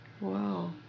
Wow